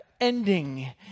ending